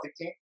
team